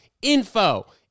info